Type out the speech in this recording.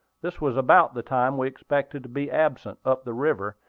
this was about the time we expected to be absent up the river,